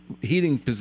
heating